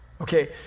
Okay